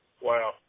Wow